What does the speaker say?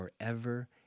forever